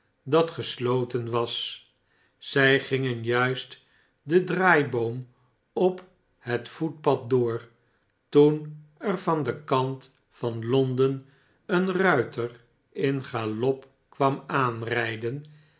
dat gesloten was zij gingen juist den draaiboom op net voetpad door toen er van den kant van londen een rmter m galop kwam aanrijden